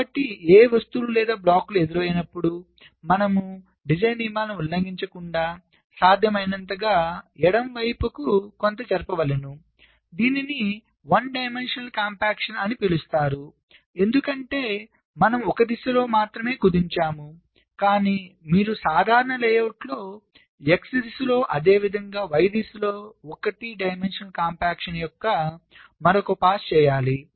కాబట్టి ఏ వస్తువులు లేదా బ్లాక్లు ఎదురైనప్పుడు మనము డిజైన్ నియమావళిని ఉల్లంఘించకుండా సాధ్యమైనంతగా ఎడమవైపుకు కొంత జరపవలెనుమరియు దీనిని 1 డైమెన్షనల్ కాంపాక్షన్ అని పిలుస్తారు ఎందుకంటే మనము 1 దిశలో మాత్రమే కుదించాము కానీ మీరు దీన్ని సాధారణ లేఅవుట్లో x దిశలో అదే విధంగా y దిశలో 1 డైమెన్షనల్ కాంపాక్షన్ యొక్క మరొక పాస్ చేయాలి